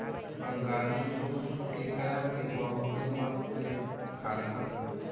बंगाली लोग केकड़ा के बहुते मन से खालेन